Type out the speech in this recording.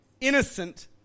innocent